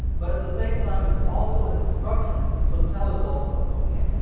but at the same time, it's also an instruction, so tell is also ok.